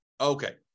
Okay